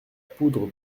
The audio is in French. poudre